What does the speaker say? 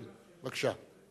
כן, בבקשה.